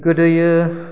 गोदोयो